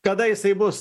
kada jisai bus